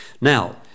Now